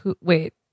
Wait